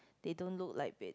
they don't look like bed